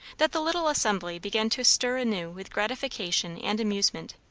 that the little assembly began to stir anew with gratification and amusement.